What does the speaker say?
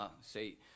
say